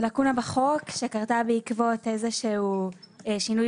זה לקונה בחוק שקרתה בעקבות איזשהו שינוי